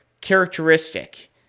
characteristic